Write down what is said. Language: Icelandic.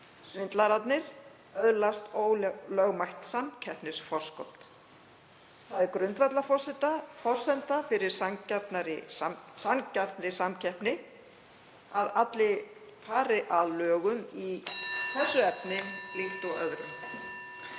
Svindlararnir öðlast ólögmætt samkeppnisforskot. Það er grundvallarforsenda fyrir sanngjarnri samkeppni að allir fari að lögum í þessu efni líkt og öðrum.